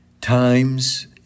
Times